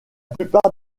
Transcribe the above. plupart